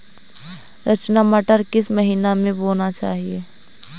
रचना मटर किस महीना में बोना चाहिए?